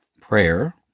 Prayer